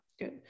Good